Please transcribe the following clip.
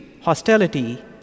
hostility